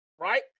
right